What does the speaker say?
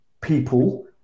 people